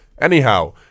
Anyhow